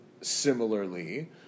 Similarly